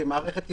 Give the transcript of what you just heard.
כמערכת ישראלית,